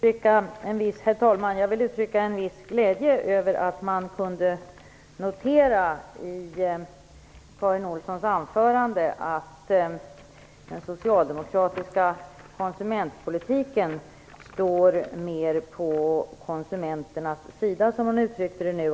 Herr talman! Jag vill bara uttrycka en viss glädje över att man i Karin Olssons anförande kunde notera att den socialdemokratiska konsumentpolitiken står mer på konsumenternas sida, som hon uttryckte det nu.